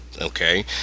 okay